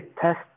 test